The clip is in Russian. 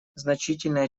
значительное